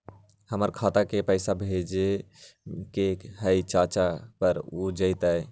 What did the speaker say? हमरा खाता के पईसा भेजेए के हई चाचा पर ऊ जाएत?